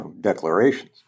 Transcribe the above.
declarations